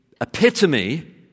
epitome